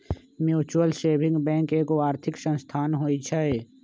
mutual saving bank एगो आर्थिक संस्थान होइ छइ